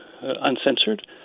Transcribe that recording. uncensored